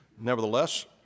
nevertheless